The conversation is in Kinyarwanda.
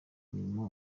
mirimo